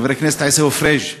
חבר הכנסת עיסאווי פריג',